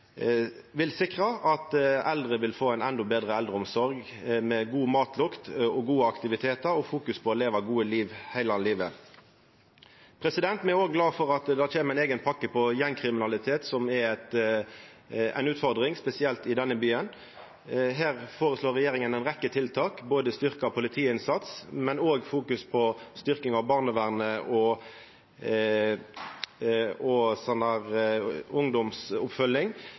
få ein enda betra omsorg, med god matlukt, gode aktivitetar og fokus på å leva eit godt liv heile livet. Me er òg glade for at det kjem ei eiga pakke mot gjengkriminalitet, som er ei utfordring, spesielt i denne byen. Her føreslår regjeringa ei rekkje tiltak, både styrkt politiinnsats, styrking av barnevernet og oppfølging av